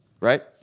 right